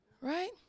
right